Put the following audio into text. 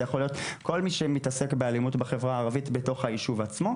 זה יכול להיות כל מי שמתעסק באלימות בחברה הערבית בתוך היישוב עצמו,